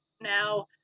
Now